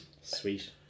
Sweet